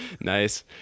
nice